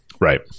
Right